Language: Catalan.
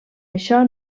això